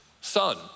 son